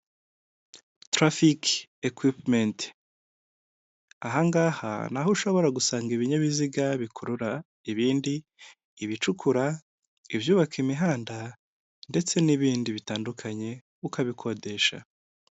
Abantu batandukanye bafite amadapo y'ibara ry'umweru ubururu n'umutuku yanditseho Efuperi bakikije umukuru w'igihugu perezida Paul Kagame wambaye ingofero y'umukara umupira w'umweru, uriho ikirangantego cya efuperi wazamuye akaboko.